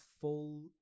full